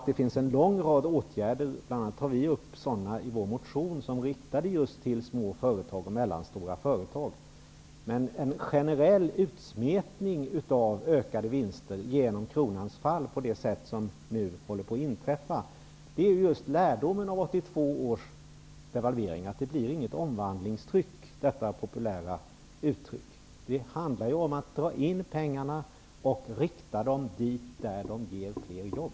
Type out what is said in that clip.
Det finns en lång rad åtgärder -- bl.a. tar vi upp sådana i vår motion -- som riktar sig till små och mellanstora företag. Men en generell utsmetning av ökade vinster genom kronans fall på det sätt som nu håller på att inträffa leder -- det är just lärdomen av 1982 års devalvering -- inte till något omvandlingstryck, detta populära ord. Det handlar om att dra in pengarna och använda dem där de ger fler jobb.